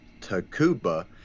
Tacuba